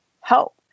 help